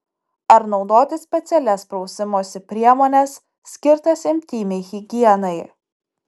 ar naudoti specialias prausimosi priemones skirtas intymiai higienai